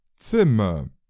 Zimmer